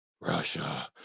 Russia